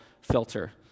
filter